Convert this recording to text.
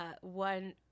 one